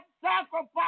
sacrifice